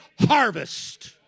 harvest